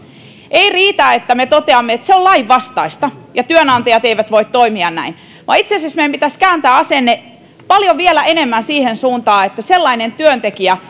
ei riitä että me toteamme että se on lainvastaista ja työnantajat eivät voi toimia näin vaan itse asiassa meidän pitäisi kääntää asenne vielä paljon enemmän siihen suuntaan että sellainen työntekijä